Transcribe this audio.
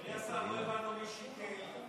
אדוני השר, לא הבנו מי שיקר,